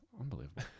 Unbelievable